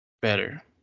better